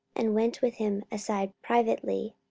and went with him aside privately,